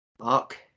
Mark